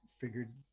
figured